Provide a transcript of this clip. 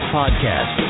podcast